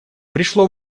пришло